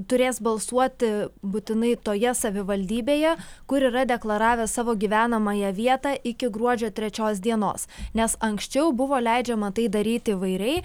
turės balsuoti būtinai toje savivaldybėje kur yra deklaravę savo gyvenamąją vietą iki gruodžio trečios dienos nes anksčiau buvo leidžiama tai daryt įvairiai